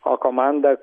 o komanda